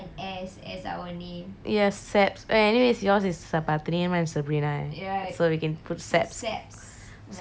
yes saps eh anyways yours is sabathri and mine is sabrina so we can put sabs sabs cooking or something